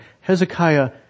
Hezekiah